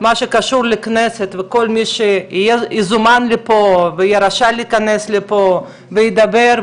מה שקשור לכנסת וכל שיזומן לפה והוא יהיה רשאי להיכנס לפה וידבר,